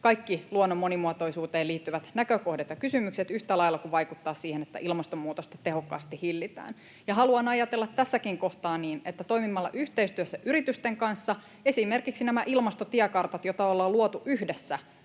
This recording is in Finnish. kaikki luonnon monimuotoisuuteen liittyvät näkökohdat ja kysymykset, yhtä lailla vaikuttaa siihen, että ilmastonmuutosta tehokkaasti hillitään. Haluan ajatella tässäkin kohtaa niin, että toimimalla yhteistyössä yritysten kanssa esimerkiksi toimeenpanemalla näitä ilmastotiekarttoja — joita ollaan luotu yhdessä